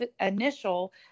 initial